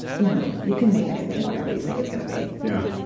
you know, you can make anything, whatever you think it's going to be yeah.